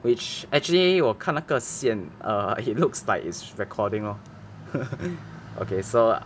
which actually 我看那个线 err it looks like it's recording lor okay so